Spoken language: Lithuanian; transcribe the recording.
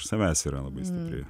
savęs yra labai stipri